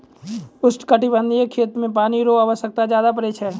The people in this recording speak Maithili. उष्णकटिबंधीय खेती मे पानी रो आवश्यकता ज्यादा पड़ै छै